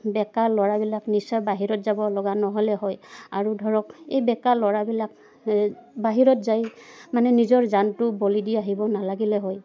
বেকাৰ ল'ৰাবিলাক নিশ্চয় বাহিৰত যাব লগা নহ'লে হয় আৰু ধৰক এই বেকাৰ ল'ৰাবিলাক বাহিৰত যাই মানে নিজৰ জানটো বলি দি আহিব নালাগিলে হয়